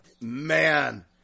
Man